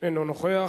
אינו נוכח.